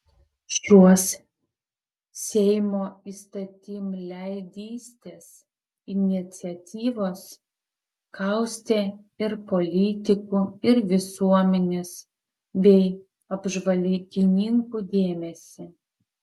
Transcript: šios seimo įstatymleidystės iniciatyvos kaustė ir politikų ir visuomenės bei apžvalgininkų dėmesį